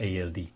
ALD